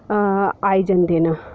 आई जंदे न